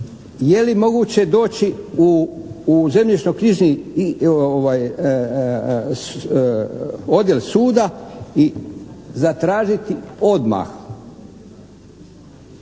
Je li moguće doći u zemljišnoknjižni odjel suda i zatražiti odmah